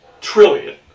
trillion